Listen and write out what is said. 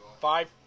Five